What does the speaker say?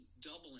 doubling